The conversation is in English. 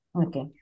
Okay